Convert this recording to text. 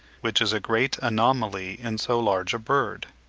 which is a great anomaly in so large a bird.